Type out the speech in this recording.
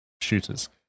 shooters